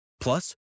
Plus